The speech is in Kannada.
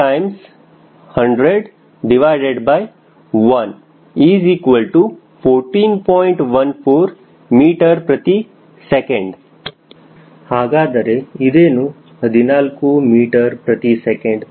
14 ms ಹಾಗಾದರೆ ಇದೇನು 14 ms